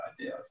idea